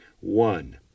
One